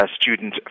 student